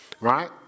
right